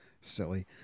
silly